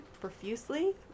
profusely